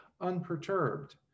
unperturbed